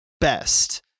best